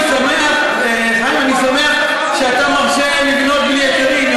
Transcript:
אני שמח שאתה מרשה לבנות בלי היתרים.